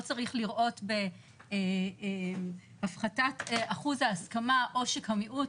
צריך לראות בהפחתת אחוז ההסכמה עושק המיעוט.